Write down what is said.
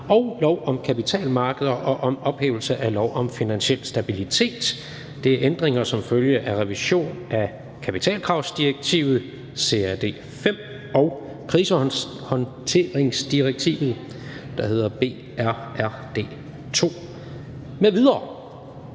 og lov om kapitalmarkeder og om ophævelse af lov om finansiel stabilitet. (Ændringer som følge af revision af kapitalkravsdirektivet (CRD V) og krisehåndteringsdirektivet (BRRD II) m.v.).